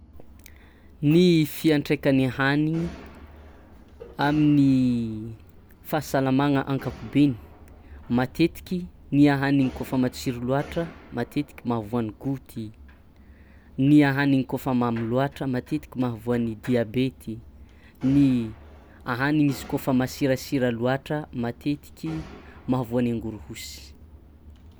Ny fiantraikan'ny ahanigny amin'ny fahasalamagna ankapobeny: matetiky ny ahanigny koafa matsiro loatra matetiky mahavoan'ny goty, ny ahanigny koafa mamy loatra matetiky mahavoan'ny diabety, ny ahanigny izy koafa masirasira loatra matetiky mahavoan'ny angorohosy.